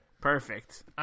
Perfect